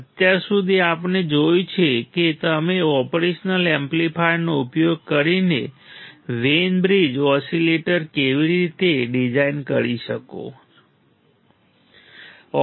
અત્યાર સુધી આપણે જોયું છે કે તમે ઓપરેશનલ એમ્પ્લીફાયરનો ઉપયોગ કરીને વેઇન બ્રિજ ઓસિલેટર કેવી રીતે ડિઝાઇન કરી શકો છો